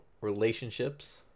relationships